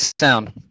sound